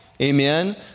Amen